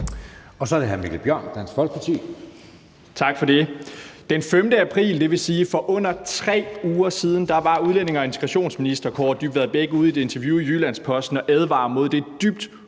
Kl. 14:41 Mikkel Bjørn (DF): Tak for det. Den 5. april, dvs. for under 3 uger siden, var udlændinge- og integrationsminister Kaare Dybvad Bek ude i et interview i Jyllands-Posten og advare mod det dybt